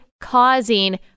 causing